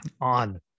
on